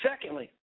secondly